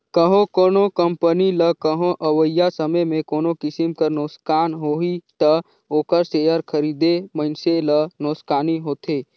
कहों कोनो कंपनी ल कहों अवइया समे में कोनो किसिम कर नोसकान होही ता ओकर सेयर खरीदे मइनसे ल नोसकानी होथे